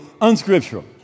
unscriptural